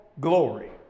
Glory